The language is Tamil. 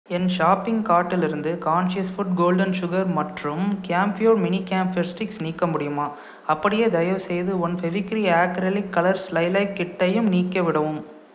என் ஷாப்பிங் கார்ட்டிலிருந்து கான்ஷியஸ் ஃபுட் கோல்டன் சுகர் மற்றும் கேம்ப்யூர் மினி கம்ஃபர் ஸ்டிக்ஸை நீக்க முடியுமா அப்படியே தயவுசெய்து one Fevicryl acrylic colours lilac கிட்டையும் நீக்கிவிடவும்